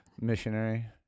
Missionary